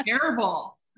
terrible